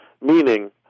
Meaning